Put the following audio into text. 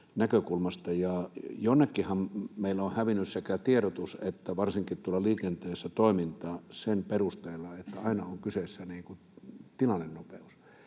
näkökulmasta. Jonnekinhan meillä on hävinnyt sekä tiedotus että varsinkin tuolla liikenteessä toiminta sen perusteella, että aina on kyseessä tilannenopeus.